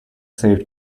saved